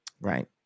Right